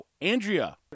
Andrea